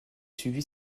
suivi